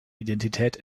identität